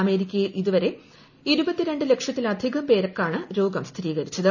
അമേരിക്കയിൽ ഇതുവരെ ഇരുപത്തിരണ്ടു ലക്ഷത്തിലധികം പേർക്കാണ് രോഗം സ്ഥിരീകരിച്ചത്